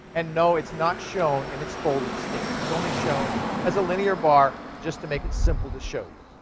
and no, it's not shown in its folded state. it's only shown as a linear bar just to make it simple to show you.